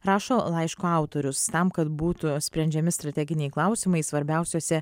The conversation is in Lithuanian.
rašo laiško autorius tam kad būtų sprendžiami strateginiai klausimai svarbiausiuose